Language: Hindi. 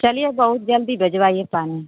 चलिए बहुत जल्दी भेजवाइए पानी